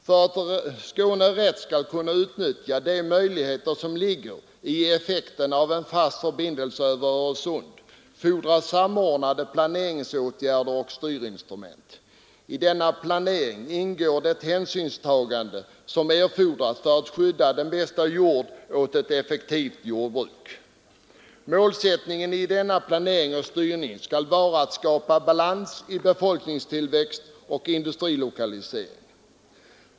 För att Skåne rätt skall kunna utnyttja de möjligheter som ligger i effekten av en fast förbindelse över Öresund krävs samordnade planeringsåtgärder och styrinstrument. I denna planering ingår det hänsynstagande som erfordras för att skydda den bästa jorden åt ett effektivt jordbruk. Målsättningen i denna planering och styrning skall vara att skapa balans i befolkningstillväxt och industrilokalisering.